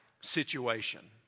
situation